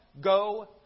Go